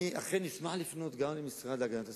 אני אשמח לפנות גם למשרד להגנת הסביבה.